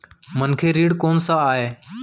मनखे ऋण कोन स आय?